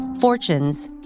Fortunes